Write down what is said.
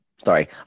Sorry